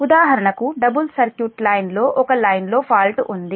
ఉదాహరణకు double circuit line లో ఒక లైన్లో ఫాల్ట్ ఉంది